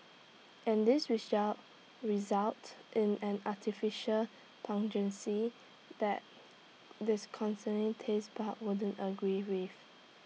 and this results in an artificial pungency that dis concerning taste pod wouldn't agree with